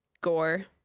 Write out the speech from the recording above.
Gore